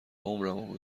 عمرمو